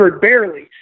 barely